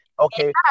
Okay